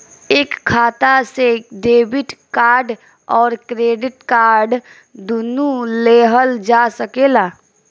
एक खाता से डेबिट कार्ड और क्रेडिट कार्ड दुनु लेहल जा सकेला?